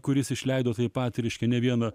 kuris išleido taip pat reiškia ne vieną